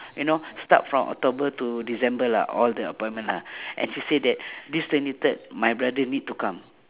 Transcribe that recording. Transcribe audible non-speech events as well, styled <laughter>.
you know start from october to december lah all the appointment lah <breath> and she say that this twenty third my brother need to come